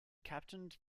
captained